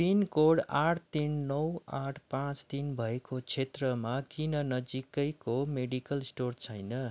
pin code आठ तिन नौ आठ पाँच तिन भएको क्षेत्रमा किन नजिकैको मेडिकल स्टोर छैन